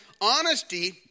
honesty